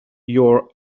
your